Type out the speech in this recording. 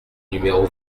numéro